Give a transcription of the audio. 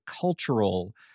cultural